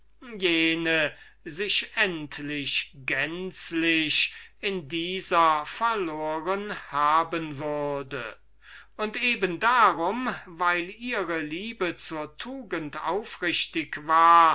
jene sich endlich gänzlich in dieser verloren haben würde allein eben darum weil ihre liebe zur tugend aufrichtig war